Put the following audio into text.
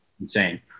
insane